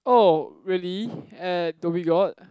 oh really at Dhoby-Ghaut